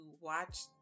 watch